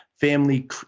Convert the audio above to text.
family